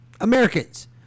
Americans